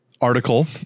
article